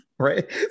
right